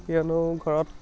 কিয়নো ঘৰত